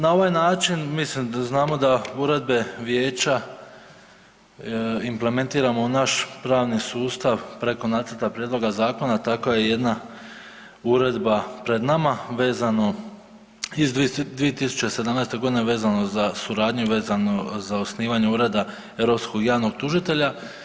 Na ovaj način mislim da znamo da uredbe vijeća implementiramo u naš pravni sustav preko nacrta prijedloga zakona, takva je jedna uredba pred nama vezano iz 2017. g., vezano za suradnju i vezano za osnivanje Ureda europskog javnog tužitelja.